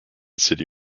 city